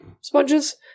sponges